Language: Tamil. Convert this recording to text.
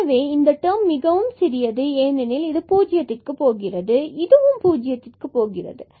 எனவே இந்த டேர்ம் மிகவும் சிறியது ஏனெனில் இது 0 க்கும் போகிறது இதுவும் 0 க்கு போகிறது